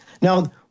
Now